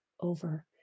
over